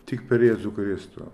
tik per jėzų kristų